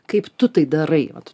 kaip tu tai darai vat